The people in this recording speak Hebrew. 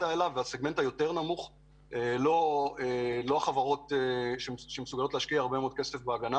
הקטן ולא לחברות שמסוגלות להשקיע הרבה מאוד כסף בהגנה